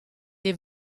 dei